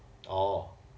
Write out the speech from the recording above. orh